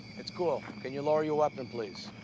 it's cool. can you lower your weapon, please?